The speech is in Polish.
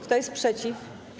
Kto jest przeciw?